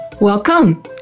Welcome